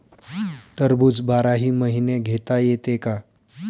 टरबूज बाराही महिने घेता येते का?